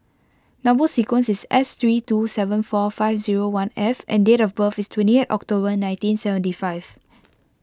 Number Sequence is S three two seven four five zero one F and date of birth is twenty eight October nineteen seventy five